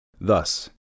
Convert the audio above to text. Thus